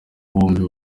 bombi